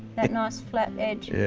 that nice flat edge. yeah.